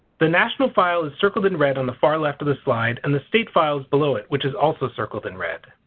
the national file is circled in red on the far left of the slide and the state file is below it which is also circled in red.